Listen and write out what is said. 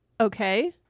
Okay